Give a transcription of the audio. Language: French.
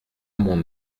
mon